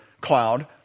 cloud